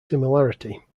similarity